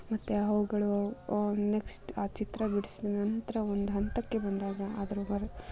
ಮತ್ತು ಆ ಅವುಗಳು ನೆಕ್ಸ್ಟ್ ಆ ಚಿತ್ರ ಬಿಡಿಸಿದ ನಂತರ ಒಂದು ಹಂತಕ್ಕೆ ಬಂದಾಗ ಅದರ